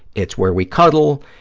it's where we cuddle,